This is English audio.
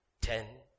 Ten